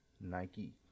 Nike